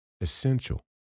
essential